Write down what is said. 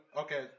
okay